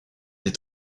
est